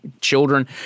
children